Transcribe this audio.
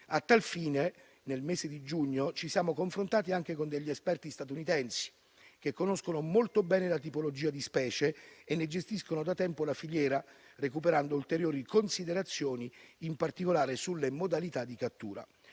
A tal fine, nel mese di giugno ci siamo confrontati anche con degli esperti statunitensi, che conoscono molto bene la tipologia di specie e ne gestiscono da tempo la filiera, recuperando ulteriori considerazioni, in particolare sulle modalità di cattura.